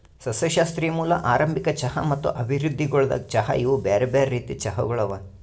ಸಸ್ಯಶಾಸ್ತ್ರೀಯ ಮೂಲ, ಆರಂಭಿಕ ಚಹಾ ಮತ್ತ ಅಭಿವೃದ್ಧಿಗೊಳ್ದ ಚಹಾ ಇವು ಬ್ಯಾರೆ ಬ್ಯಾರೆ ರೀತಿದ್ ಚಹಾಗೊಳ್ ಅವಾ